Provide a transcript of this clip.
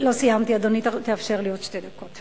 לא סיימתי, אדוני, תאפשר לי עוד שתי דקות.